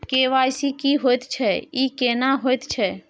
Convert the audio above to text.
KYC की होय छै, ई केना होयत छै?